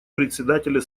председателя